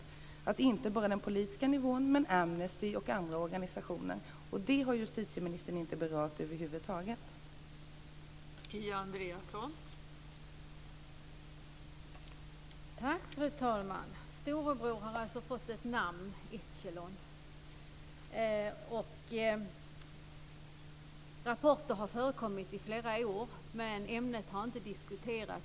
Det gäller inte bara den politiska nivån utan även Amnesty och andra organisationer, och det har justitieministern över huvud taget inte berört.